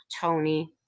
tony